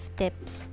tips